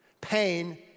Pain